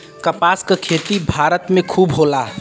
कपास क खेती भारत में खूब होला